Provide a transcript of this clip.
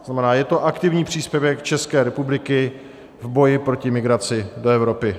To znamená, je to aktivní příspěvek České republiky v boji proti migraci do Evropy.